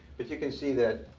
if you can see that,